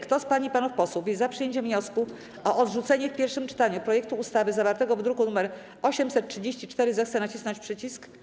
Kto z pań i panów posłów jest za przyjęciem wniosku o odrzucenie w pierwszym czytaniu projektu ustawy zawartego w druku nr 834, zechce nacisnąć przycisk.